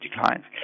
declines